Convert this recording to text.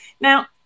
now